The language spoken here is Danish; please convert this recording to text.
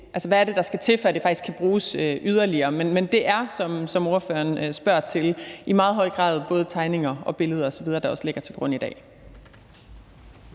hvad det er, der skal til, for at det faktisk kan bruges yderligere. Men det er, som spørgeren spørger til, i meget høj grad både tegninger og billeder osv., der også ligger til grund i dag.